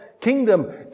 kingdom